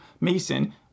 Mason